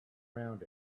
around